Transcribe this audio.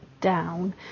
down